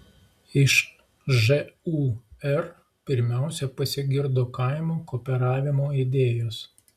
iš žūr pirmiausia pasigirdo kaimo kooperavimo idėjos